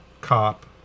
cop